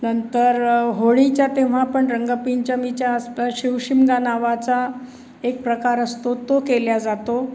नंतर होळीच्या तेव्हा पण रंगपंचमीच्या आसपास शिव शिमगा नावाचा एक प्रकार असतो तो केला जातो